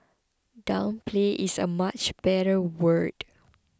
downplay is a much better word